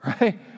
right